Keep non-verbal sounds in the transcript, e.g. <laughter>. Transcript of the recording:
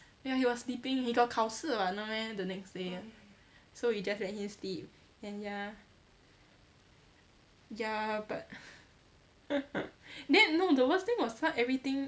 ya he was sleeping he got 考试 [what] no meh the next day so we just let him sleep then ya ya but <laughs> then no the worst thing was how everything